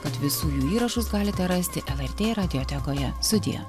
kad visų jų įrašus galite rasti lrt radiotekoje sudie